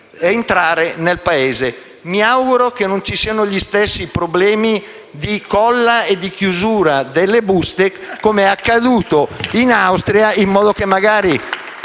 Mi auguro che non ci siano gli stessi problemi di colla e di chiusura delle buste, come accaduto in Austria. *(Applausi dai